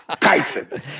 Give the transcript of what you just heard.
Tyson